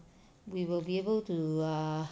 we will be able to err